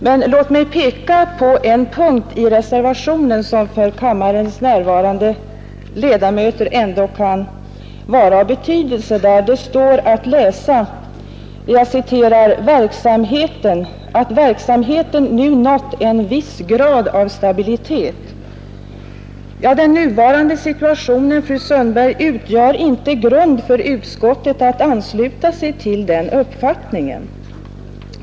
Men låt mig peka på några ord i reservationen som för kammarens närvarande ledamöter ändå kan vara av betydelse. Där står att läsa att ”verksamheten nu nått en viss grad av stabilitet”. Den nuvarande situationen, fru Sundberg, utgör inte grund för utskottet att ansluta sig till den uppfattningen.